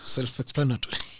Self-explanatory